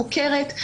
חוקרת,